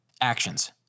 Actions